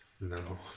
No